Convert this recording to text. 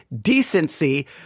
decency